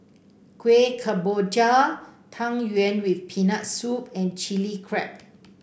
Kueh Kemboja Tang Yuen with Peanut Soup and Chili Crab